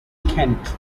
kent